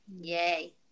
Yay